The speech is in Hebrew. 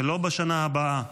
ולא בשנה הבאה,